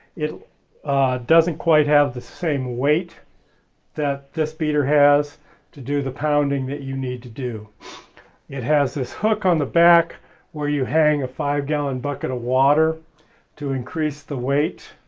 it doesn't quite have the same weight that this beater has to do the pounding that you need to do it has this hook on the back where you hang a five gallon bucket of water to increase the weight